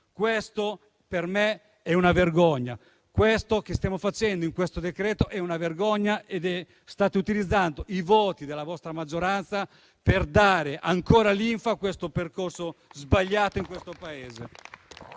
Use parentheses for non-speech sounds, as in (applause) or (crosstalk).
Questa per me è una vergogna! Quanto stiamo facendo con questo decreto è una vergogna e state utilizzando i voti della vostra maggioranza per dare ancora linfa a questo percorso sbagliato. (applause)